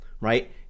right